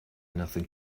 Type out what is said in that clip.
nothing